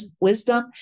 wisdom